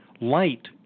light